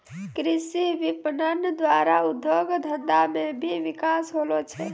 कृषि विपणन द्वारा उद्योग धंधा मे भी बिकास होलो छै